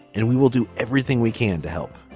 and we will do everything we can to help.